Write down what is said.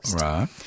Right